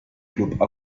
club